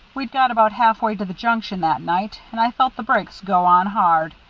we'd got about halfway to the junction that night, and i felt the brakes go on hard,